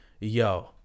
yo